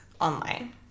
online